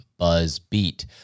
buzzbeat